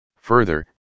Further